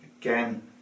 again